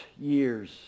year's